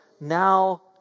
now